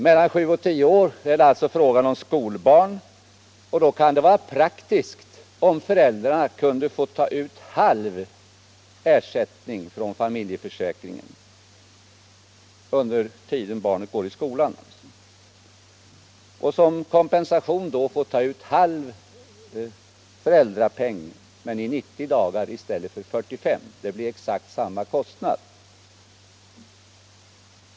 Mellan sju och tio års ålder är det fråga om skolbarn, och det kan vara praktiskt om föräldrarna får ta ut halv ersättning från familjeförsäkringen under den tid barnet går i skolan och då såsom kompensation i 90 dagar i stället för i 45. Det blir exakt samma kostnad.